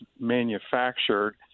manufactured